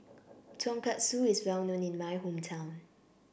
Tonkatsu is well known in my hometown